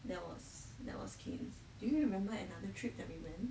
that was that was cairns do you remember another trip that we went